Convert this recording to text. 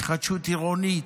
ההתחדשות עירונית,